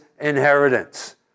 inheritance